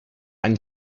ein